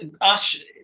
Ash